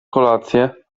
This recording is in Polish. kolację